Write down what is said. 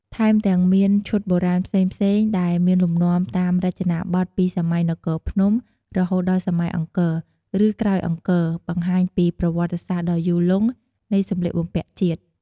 ថែមទាំងមាន ឈុតបុរាណផ្សេងៗ ដែលមានលំនាំតាមរចនាបថពីសម័យនគរភ្នំ រហូតដល់សម័យអង្គរ ឬក្រោយអង្គរ បង្ហាញពីប្រវត្តិសាស្ត្រដ៏យូរលង់នៃសម្លៀកបំពាក់ជាតិ។